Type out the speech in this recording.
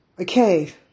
Okay